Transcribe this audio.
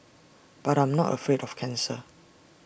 but I'm not afraid of cancer